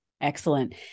Excellent